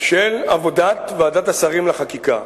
של עבודת ועדת השרים לחקיקה.